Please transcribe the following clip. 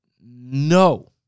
No